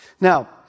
Now